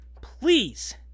please